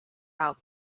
out